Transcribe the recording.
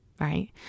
right